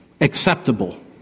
acceptable